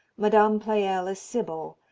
madame pleyel a sibyl,